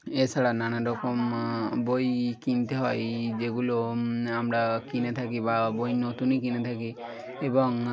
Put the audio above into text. এছাড়া নানা রকম বইই কিনতে হয় যেগুলো আমরা কিনে থাকি বা বই নতুনই কিনে থাকি এবং